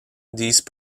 these